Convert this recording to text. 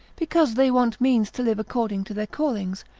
because they want means to live according to their callings,